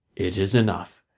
it is enough,